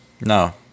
No